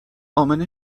امنه